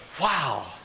Wow